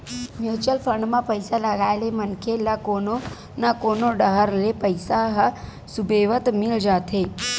mutual fund म पइसा लगाए ले मनखे ल कोनो न कोनो डाहर ले पइसा ह सुबेवत मिल जाथे